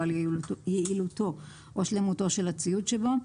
או על יעילותו או שלמותו של הציוד שבו,